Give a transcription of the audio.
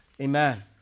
Amen